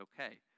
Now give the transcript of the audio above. okay